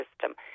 system